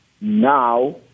now